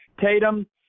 Tatum